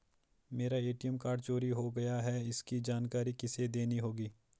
मेरा ATM card चोरी हो गया है इसकी जानकारी किसे देनी होगी?